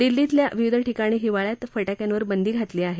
दिल्लीतल्या विविध ठिकाणी हिवाळ्यात फटाक्यांवर बंदी घातली आहे